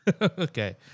Okay